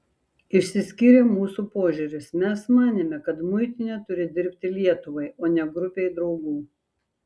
išsiskyrė mūsų požiūris mes manėme kad muitinė turi dirbti lietuvai o ne grupei draugų